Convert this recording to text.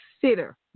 consider